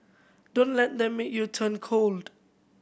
don't let them make you turn cold